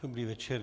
Dobrý večer.